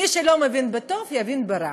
מי שלא מבין, יבין ברע,